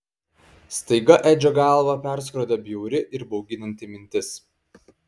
staiga edžio galvą perskrodė bjauri ir bauginanti mintis